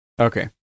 Okay